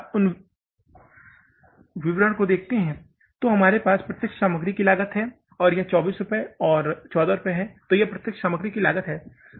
यदि आप उन विशेष को देखते हैं जो हमारे पास प्रत्यक्ष सामग्री लागत है और यह 24 और 14 है तो यह प्रत्यक्ष सामग्री लागत है